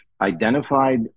identified